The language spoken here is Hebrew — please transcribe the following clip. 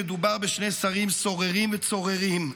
מדובר בשני שרים סוררים וצוררים,